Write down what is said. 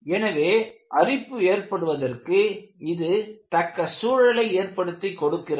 எனவே அரிப்பு ஏற்படுவதற்கு இது தக்க சூழலை ஏற்படுத்தி கொடுக்கிறது